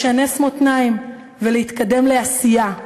לשנס מותניים ולהתקדם לעשייה,